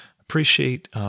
appreciate